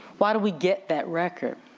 why do we get that record?